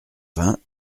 vingt